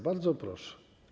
Bardzo proszę.